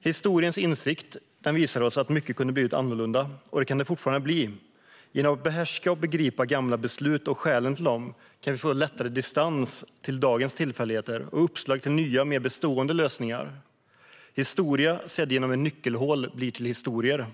Historiens insikt visar att mycket kunde ha blivit annorlunda, och det kan det fortfarande bli. Genom att behärska och begripa gamla beslut och skälen till dem kan vi lättare få distans till dagens tillfälligheter och uppslag till nya mer bestående lösningar. Historia sedd genom ett nyckelhål blir till historier.